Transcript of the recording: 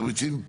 איזה תמריצים?